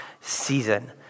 season